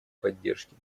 поддержки